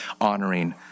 honoring